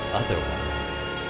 otherwise